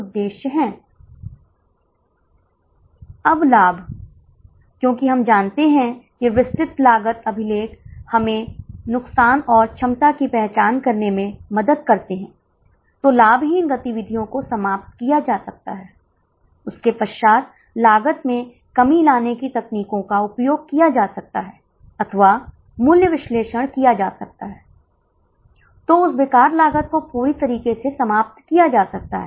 अब प्रत्येक छात्र के लिए प्रत्येक परिवर्तनीय लागत लिखना इस बात का कोई मतलब नहीं है हम लोग अनिवार्य रूप से 80 छात्रों के लिए कुल परिवर्तन ही लागत की गणना कर रहे हैं और हम जानते हैं कि परिवर्तनीय लागत प्रति इकाई 108 है